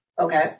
Okay